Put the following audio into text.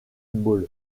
ball